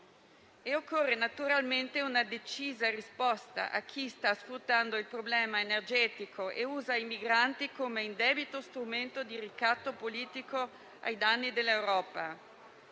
Occorre, naturalmente, una decisa risposta a chi sta sfruttando il problema energetico e usa i migranti come indebito strumento di ricatto politico ai danni dell'Europa.